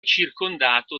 circondato